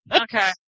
Okay